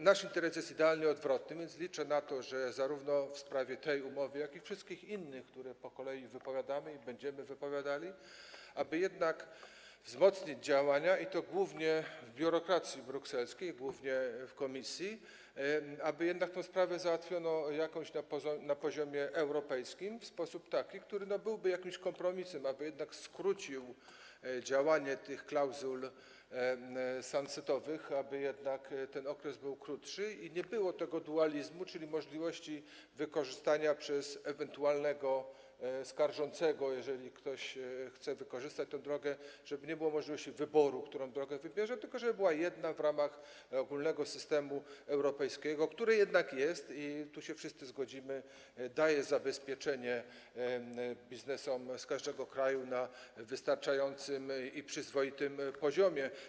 Nasz interes jest dokładnie odwrotny, więc liczę na to, że zarówno w sprawie tej umowy, jak i wszystkich innych, które po kolei wypowiadamy i będziemy wypowiadali, jednak wzmocnić działania, i to głównie w biurokracji brukselskiej, głównie w Komisji, aby jednak tę sprawę załatwiono jakoś na poziomie europejskim w sposób taki, który byłby jakimś kompromisem, aby jednak skrócił działanie tych klauzul sunsetowych, aby jednak ten okres był krótszy i nie było tego dualizmu, czyli możliwości wykorzystania przez ewentualnego skarżącego, jeżeli ktoś chce wykorzystać tę drogę, żeby nie było możliwości wyboru, którą drogę wybierze, tylko żeby była jedna w ramach ogólnego systemu europejskiego, który jednak istnieje, tu się wszyscy zgodzimy, i daje zabezpieczenie biznesom z każdego kraju na wystarczającym i przyzwoitym poziomie.